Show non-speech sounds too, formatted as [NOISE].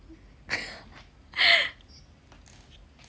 [LAUGHS]